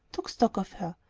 took stock of her.